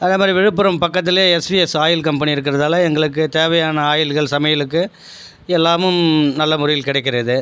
அதே மாதிரி விழுப்புரம் பக்கத்திலேயே எஸ்விஎஸ் ஆயில் கம்பெனி இருக்கிறதால எங்களுக்கு தேவையான ஆயில்கள் சமையலுக்கு எல்லாமும் நல்ல முறையில் கிடைக்கிறது